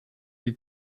die